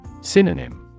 Synonym